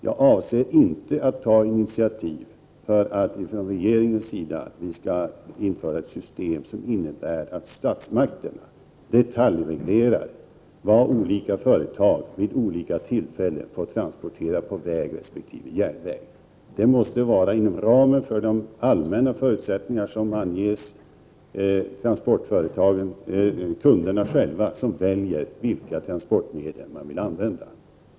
Jag avser inte att ta initiativ till att man från regeringens sida skall införa ett system som innebär att statsmakterna skall detaljreglera vad olika företag vid olika tillfällen får transportera på väg resp. på järnväg. Det måste ligga inom ramen för de allmänna förutsättningar som anges. Transportföretagen, dvs. kunderna själva, måste få välja vilka transportmedel de vill använda.